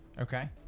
Okay